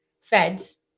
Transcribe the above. feds